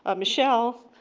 ah michelle,